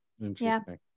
Interesting